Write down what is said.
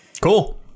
cool